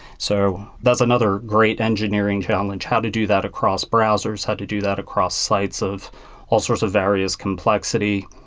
so that's another great engineering challenge. how to do that across browsers? how to do that across sites of all sorts of various complexity?